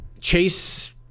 Chase